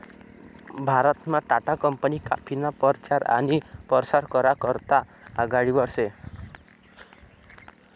भारतमा टाटा कंपनी काफीना परचार आनी परसार करा करता आघाडीवर शे